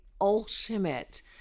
ultimate